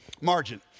Margin